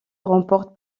remporte